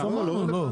לא,